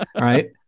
right